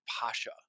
pasha